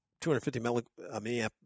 250-milliamp